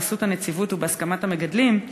בחסות הנציבות ובהסכמת המגדלים,